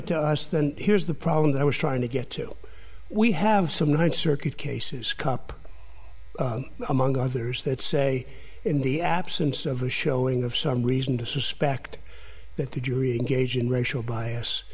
it to us then here's the problem that i was trying to get to we have some one circuit cases cop among others that say in the absence of a showing of some reason to suspect that the jury engage in racial bias